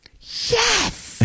Yes